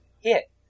hit